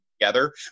together